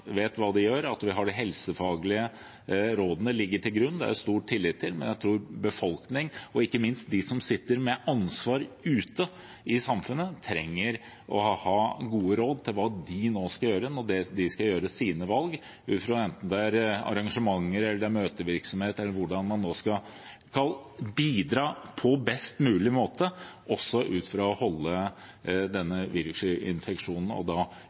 vet hva det gjør, at vi legger de helsefaglige rådene, som det er stor tillit til, til grunn. Men jeg tror befolkningen, og ikke minst de som sitter med ansvar ute i samfunnet, trenger å få gode råd om hva de skal gjøre når de nå skal foreta sine valg, enten det er arrangementer eller møtevirksomhet – eller hvordan man nå kan bidra på best mulig måte med tanke på å unngå en pandemi og holde denne virusinfeksjonen